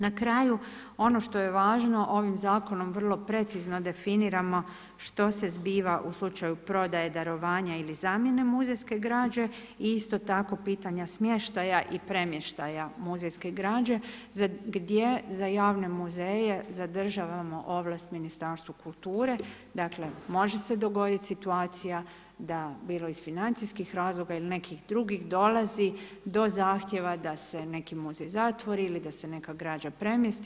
Na kraju, ono što je važno ovim zakonom vrlo precizno definiramo što se zbiva u slučaju prodaje, darovanja ili zamjene muzejske građe i isto tako pitanja smještaja i premještaja muzejske građe gdje za javne muzeje zadržavamo ovlast Ministarstva kulture, dakle može se dogoditi situacija da bilo iz financijskih razloga ili nekih drugih dolazi do zahtjeva da se neki muzej zatvori ili da se neka građa premjesti.